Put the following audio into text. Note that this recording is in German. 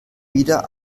wieder